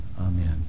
Amen